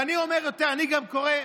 ואני גם קורא,